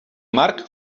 marc